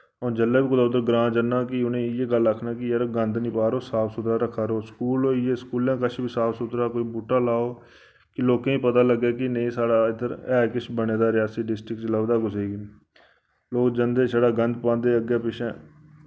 अ'ऊं जिसलै बी कुतै उद्धर ग्रां जन्नां कि उनें इयै गल्ल आखना की यरा गंद नि पा रो साफ सुथरा रक्खा रो स्कूल होई गे स्कूलें कच्छ बी साफ सुथरा कोई बूह्टा लाओ कि लोकें पता लग्गै कि नेईं साढ़ा इद्धर है किश बने दा रियासी डिस्ट्रिक्ट च लभदा कुसै गी बी लोक जन्दे छड़ा गंद पांदे अग्गै पिच्छै